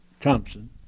Thompson